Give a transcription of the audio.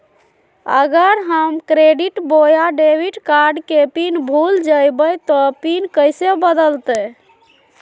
अगर हम क्रेडिट बोया डेबिट कॉर्ड के पिन भूल जइबे तो पिन कैसे बदलते?